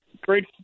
great